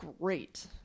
great